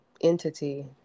entity